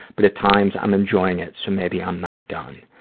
but at times i'm enjoying it. so maybe i'm not done.